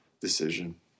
decision